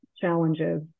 challenges